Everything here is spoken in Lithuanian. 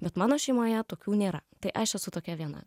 bet mano šeimoje tokių nėra tai aš esu tokia viena